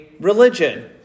religion